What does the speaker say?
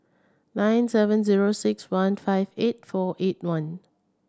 nine seven zero six one five eight four eight one